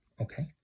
okay